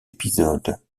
épisode